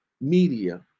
media